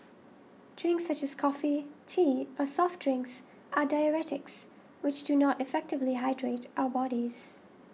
drinks such as coffee tea or soft drinks are diuretics which do not effectively hydrate our bodies